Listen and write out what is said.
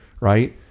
right